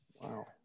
Wow